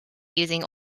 using